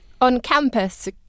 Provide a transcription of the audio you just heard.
on-campus